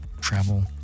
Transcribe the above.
travel